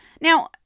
Now